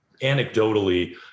anecdotally